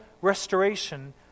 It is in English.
restoration